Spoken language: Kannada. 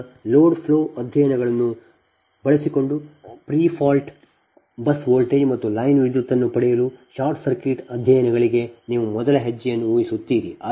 ಈಗ ಲೋಡ್ ಫ್ಲೋ ಅಧ್ಯಯನಗಳನ್ನು ಬಳಸಿಕೊಂಡು ಪ್ರಿಫಾಲ್ಟ್ ಬಸ್ ವೋಲ್ಟೇಜ್ ಮತ್ತು ಲೈನ್ ವಿದ್ಯುತ್ಅನ್ನು ಪಡೆಯಲು ಶಾರ್ಟ್ ಸರ್ಕ್ಯೂಟ್ ಅಧ್ಯಯನಗಳಿಗೆ ನೀವು ಮೊದಲ ಹೆಜ್ಜೆಯನ್ನು ಊಹಿಸುತ್ತೀರಿ